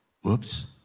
Whoops